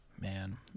Man